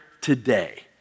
today